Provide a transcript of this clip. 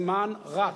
הזמן רץ,